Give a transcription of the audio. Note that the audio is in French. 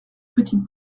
petite